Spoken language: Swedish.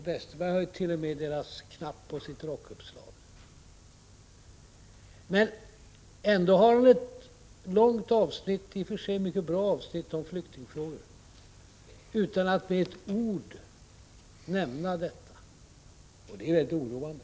Westerberg har t.o.m. kampanjens märke på sitt rockslag, men ändå har han i ett långt — i och för sig mycket bra — avsnitt om flyktingfrågor inte med ett ord nämnt detta spörsmål, och den tystnaden är mycket oroande.